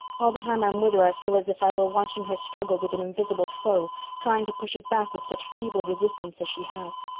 all the time i'm with her i feel as if i were watching her struggle with an invisible foe trying to push it back with such feeble resistance as she has.